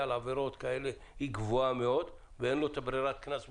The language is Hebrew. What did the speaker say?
על עבירות כאלה ואין לו ברירת קנס מוכנה.